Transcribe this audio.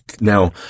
now